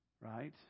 right